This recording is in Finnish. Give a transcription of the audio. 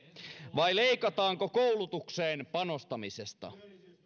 vai leikataanko koulutukseen panostamisesta